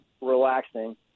relaxing